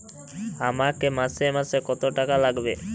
আমাকে মাসে মাসে কত টাকা লাগবে?